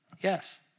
Yes